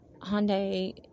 Hyundai